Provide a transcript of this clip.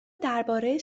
درباره